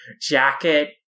jacket